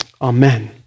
Amen